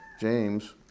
James